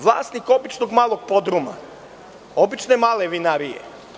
Vlasnik običnog malog podruma, obične male vinarije.